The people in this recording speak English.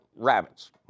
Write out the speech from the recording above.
rabbits